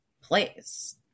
place